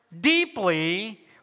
deeply